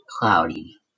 cloudy